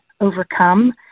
overcome